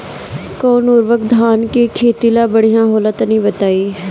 कौन उर्वरक धान के खेती ला बढ़िया होला तनी बताई?